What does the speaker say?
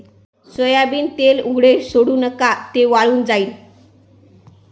soybean तेल उघडे सोडू नका, ते वाळून जाईल